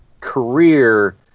career